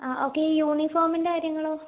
okay യൂണിഫോമിൻ്റെ കാര്യങ്ങളോ